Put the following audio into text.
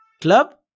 club